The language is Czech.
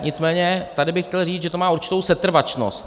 Nicméně tady bych chtěl říct, že to má určitou setrvačnost.